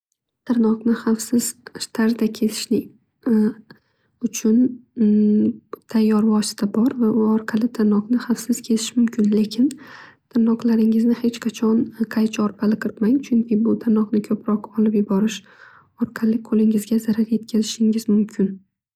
Tirnoqni havfsiz tarzda kesishni uchun tayyora vosita bor va u orqali tirnoqni xavfsiz kesish mumkin. Lekin tirnoqlaringizni hech qachon qaychi orqali qirqmang. Chunki tirnoqni ko'proq olib yuborish orqali qo'lingizga zarar yetkazishingiz mumkin.